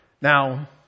Now